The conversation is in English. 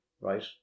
right